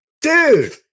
Dude